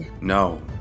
No